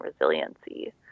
resiliency